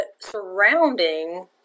surrounding